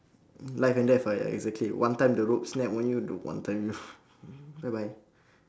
life and death ah ya exactly one time the rope snap on you the one time you bye bye